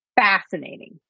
Fascinating